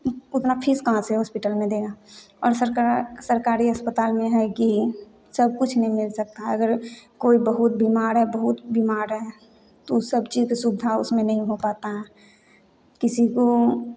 उतना फीस कहाँ से हॉस्पिटल में देगा और सरकार सरकारी अस्पताल में है कि सब कुछ नहीं मिल सकता है अगर कोई बहुत बीमार है बहुत बीमार है तो सब चीज का सुविधा उसमें नहीं हो पाता है किसी को